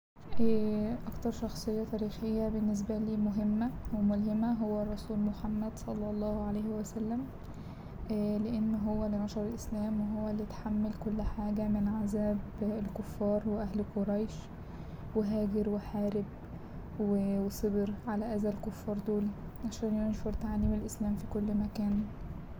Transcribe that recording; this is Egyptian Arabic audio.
أكترشخصية تاريخية بالنسبالي مهمة وملهمه هو الرسول محمد صلى الله عليه وسلم لإن هو اللي نشر الإسلام وهو اللي اتحمل كل حاجة من عذاب الكفار وأهل قريش وهاجر وحارب وصبر على أذى الكفار دول عشان ينشر تعاليم الإسلام في كل مكان.